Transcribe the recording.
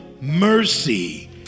mercy